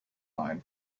line